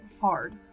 hard